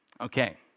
Okay